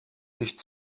nicht